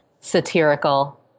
satirical